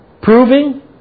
Proving